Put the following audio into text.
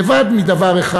לבד מדבר אחד,